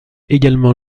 également